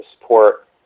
support